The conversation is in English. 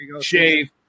shave